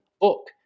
book